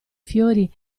fiori